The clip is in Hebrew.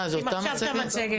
אנחנו לא מציגים עכשיו את המצגת.